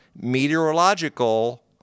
meteorological